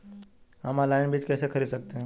हम ऑनलाइन बीज कैसे खरीद सकते हैं?